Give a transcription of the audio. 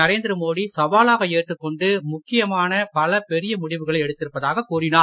நரேந்திர மோடி சவாலாக ஏற்றுக் கொண்டு முக்கியமான பல பெரிய முடிவுகளை எடுத்திருப்பதாக கூறினார்